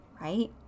right